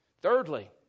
Thirdly